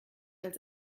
als